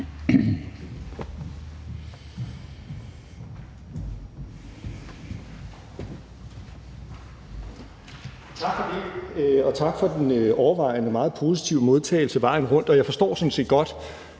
Tak for det, og tak for den overvejende meget positive modtagelse hele vejen rundt. Jeg forstår sådan set godt